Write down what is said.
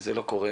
זה לא קורה